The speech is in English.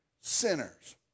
sinners